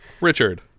Richard